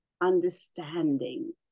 understanding